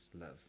love